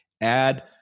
add